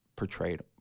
Portrayed